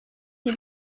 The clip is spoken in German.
sie